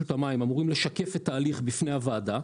המים אמורים לשקף את ההליך בפני הוועדה.